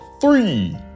Three